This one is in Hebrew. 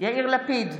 יאיר לפיד,